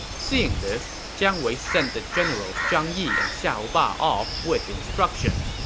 seeing this, jiang wei sent the generals zhang yi and xiahou ba off with instructions,